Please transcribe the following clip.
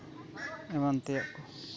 ᱮᱢᱟᱱ ᱛᱮᱭᱟᱜ ᱠᱚ